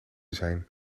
zijn